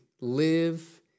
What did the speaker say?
live